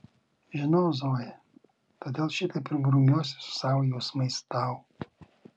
žinau zoja todėl šitaip ir grumiuosi su savo jausmais tau